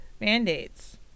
mandates